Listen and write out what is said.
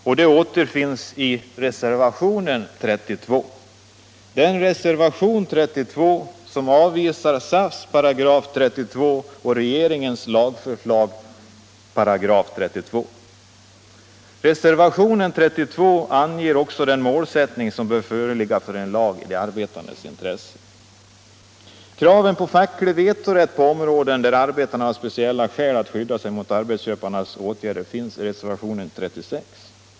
Det kravet återfinns i reservationen 32, där vi avvisar SAF:s § 32 och regeringens lagförslag, samma paragraf. Reservationen 32 anger också den målsättning som bör föreligga för en lag i de arbetandes intresse. Kraven på facklig vetorätt på områden där arbetarna har speciella skäl att skydda sig mot arbetsköparnas åtgärder återfinns i reservationen 36.